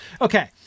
Okay